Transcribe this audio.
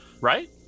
Right